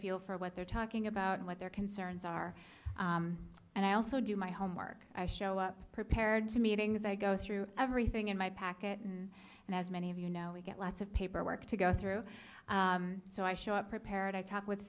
feel for what they're talking about and what their concerns are and i also do my homework i show up prepared to meetings i go through everything in my packet and as many of you know we get lots of paperwork to go through so i show up prepared to talk with